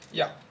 yup